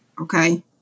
okay